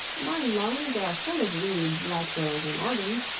my lungs are full of reeds like those in organs,